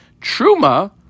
Truma